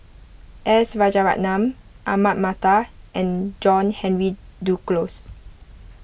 S Rajaratnam Ahmad Mattar and John Henry Duclos